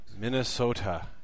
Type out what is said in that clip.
Minnesota